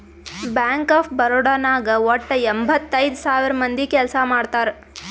bank of Baroda ನಾಗ್ ವಟ್ಟ ಎಂಭತ್ತೈದ್ ಸಾವಿರ ಮಂದಿ ಕೆಲ್ಸಾ ಮಾಡ್ತಾರ್